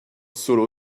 solo